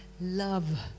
love